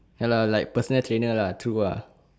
ya lah like personal trainer lah true lah